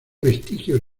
vestigios